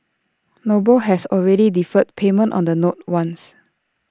noble has already deferred payment on the notes once